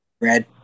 Red